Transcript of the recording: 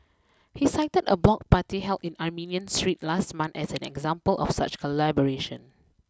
he cited a block party held in Armenian Street last month as an example of such collaboration